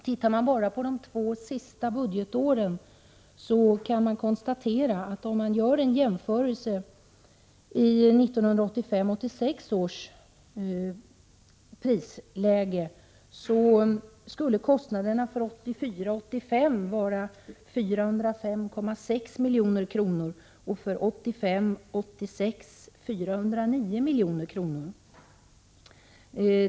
En jämförelse ger vid handen att kostnaderna i 1985 85 skulle vara 405,6 milj.kr. och för 1985/86 vara 409 milj.kr.